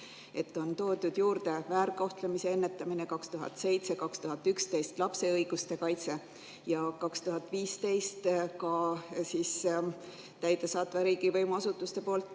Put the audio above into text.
On toodud juurde väärkohtlemise ennetamine, 2007–2011 lapse õiguste kaitse ja 2015 ka täidesaatva riigivõimu asutuste poolt